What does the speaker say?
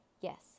Yes